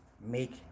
make